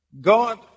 God